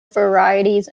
varieties